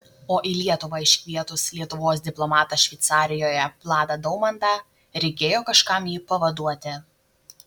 o į lietuvą iškvietus lietuvos diplomatą šveicarijoje vladą daumantą reikėjo kažkam jį pavaduoti